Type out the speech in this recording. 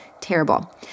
terrible